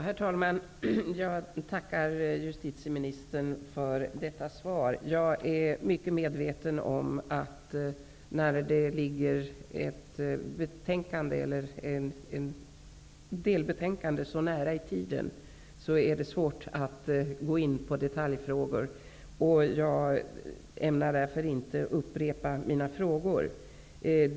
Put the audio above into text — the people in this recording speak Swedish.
Herr talman! Jag tackar justitieministern för detta svar. Jag är mycket medveten om att det, när ett delbetänkande ligger så nära i tiden, är svårt att gå in på detaljfrågor. Därför ämnar jag inte upprepa mina frågor.